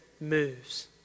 moves